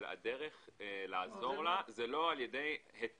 אבל הדרך לעזור לה היא לא על ידי היטל.